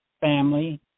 family